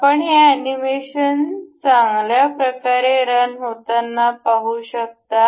आपण हे अॅनिमेशन चांगले प्रकारे रण होताना पाहू शकता